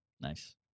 Nice